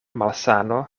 malsano